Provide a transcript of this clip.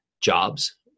jobs